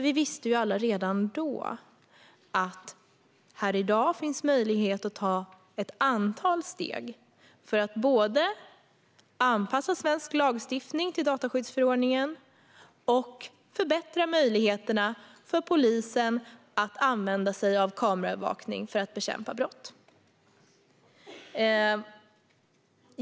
Vi visste alla redan då att det här i dag skulle finnas möjlighet att ta ett antal steg för att både anpassa svensk lagstiftning till dataskyddsförordningen och förbättra möjligheterna för polisen att använda sig av kameraövervakning för att bekämpa brott.